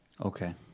Okay